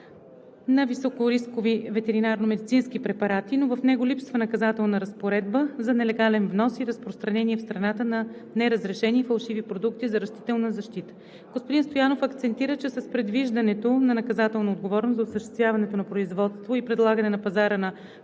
на високорискови ветеринарномедицински препарати, но в него липсва наказателна разпоредба за нелегален внос и разпространение в страната на неразрешени и фалшиви продукти за растителна защита. Господин Стоянов акцентира, че с предвиждането на наказателна отговорност за осъществяването на производство и предлагане на пазара на